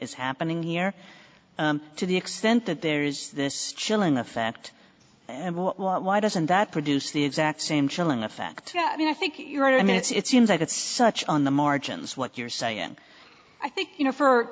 is happening here to the extent that there is this chilling effect and well why doesn't that produce the exact same chilling effect i mean i think you're right i mean it's seems like it's such on the margins what you're saying i think you know for